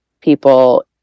people